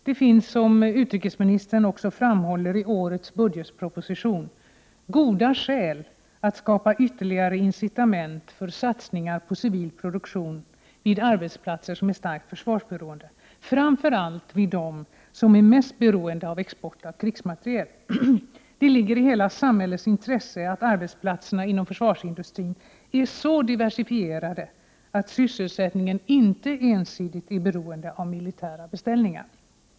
Det finns, som utrikesministern också framhåller i årets budgetproposition, goda skäl för att skapa ytterligare incitament för satsningar på civil produktion vid arbetsplatser som är starkt försvarsberoende, framför allt vid de arbetsplatser som är mest beroende av export av krigsmateriel. Det ligger i hela samhällets intresse att arbetsplatserna inom försvarsindustrin är så diversifierade att sysselsättningen inte ensidigt är beroende av militära beställningar.